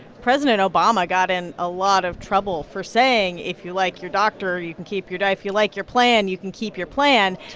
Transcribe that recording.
president obama got in a lot of trouble for saying, if you like your doctor, you can keep your if you like your plan, you can keep your plan.